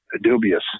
dubious